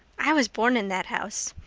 i was born in that house.